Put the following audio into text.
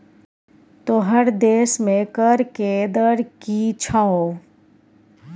तोहर देशमे कर के दर की छौ?